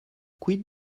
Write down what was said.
quid